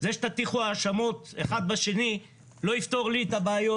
זה שתטיחו האשמות זה בזה לא יפתור לי את הבעיות,